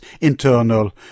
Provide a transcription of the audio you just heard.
internal